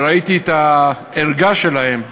וראיתי את הערגה שלהם,